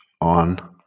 on